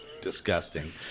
disgusting